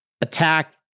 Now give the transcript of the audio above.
attack